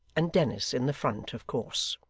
and dennis in the front, of course.